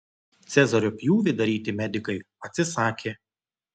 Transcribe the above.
cezario pjūvį daryti medikai atsisakė